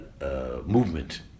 movement